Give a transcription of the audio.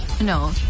No